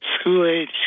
school-age